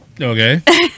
Okay